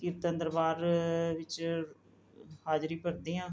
ਕੀਰਤਨ ਦਰਬਾਰ ਵਿੱਚ ਹਾਜ਼ਰੀ ਭਰਦੀ ਹਾਂ